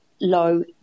low